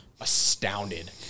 astounded